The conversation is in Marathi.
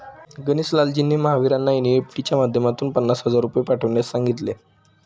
गणेश लालजींनी महावीरांना एन.ई.एफ.टी च्या माध्यमातून पन्नास हजार रुपये पाठवण्यास सांगितले